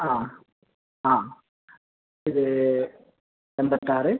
ആ ആ ഇത് എൺപത്തി ആറ്